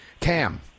Cam